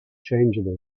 changeable